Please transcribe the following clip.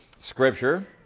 Scripture